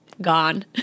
gone